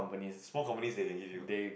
small company that you